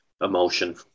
Emotion